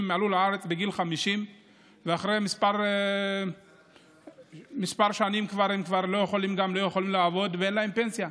הם עלו לארץ בגיל 50 ואחרי כמה שנים הם לא יכולים לעבוד ואין להם פנסיה.